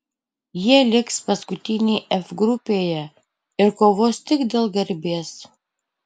jie liks paskutiniai f grupėje ir kovos tik dėl garbės